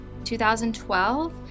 2012